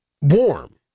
warm